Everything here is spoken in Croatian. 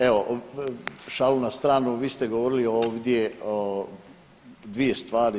Evo šalu na stranu, vi ste govorili ovdje o dvije stvari.